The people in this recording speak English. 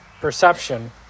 perception